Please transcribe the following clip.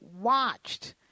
watched